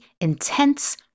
intense